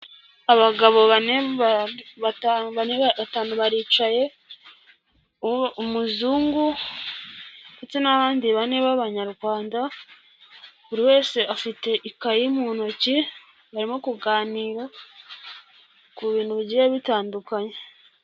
Abagabo bane batanu baricaye, umuzungu ndetse n'abandi bane b'abanyarwanda, buri wese afite ikayi mu ntoki, barimo kuganira ku bintu bigiye bitandukanye.